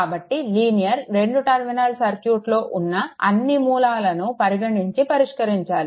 కాబట్టి linear 2 terminal సర్క్యూట్లో ఉన్న అన్నీ మూలాలను పరిగణించి పరిష్కరించాలి